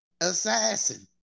Assassin